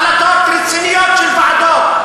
וצריך ליישם החלטות רציניות של ועדות.